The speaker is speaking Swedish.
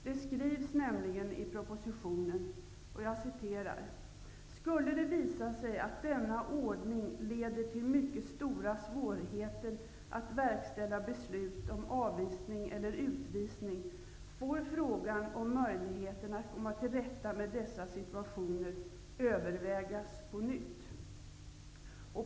Det skrivs nämligen i propositionen: ''Skulle det visa sig att denna ordning leder till mycket stora svårigheter att verkställa beslut om avvisning och utvisning får frågan om möjligheten att komma till rätta med dessa situationer övervägas på nytt.''